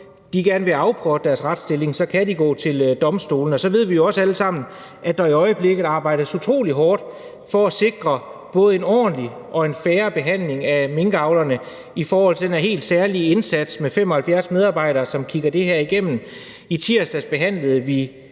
det i forhold til deres retsstilling, så kan de gå til domstolene. Så ved vi jo også alle sammen, at der i øjeblikket arbejdes utrolig hårdt for at sikre en både ordentlig og fair behandling af minkavlerne i forhold til den her helt særlige indsats med 75 medarbejdere, som kigger det her igennem. I tirsdags behandlede vi